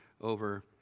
over